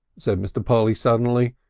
said mr. polly suddenly,